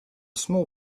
small